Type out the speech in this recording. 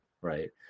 right